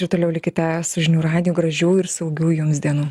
ir toliau likite su žinių radiju gražių ir saugių jums dienų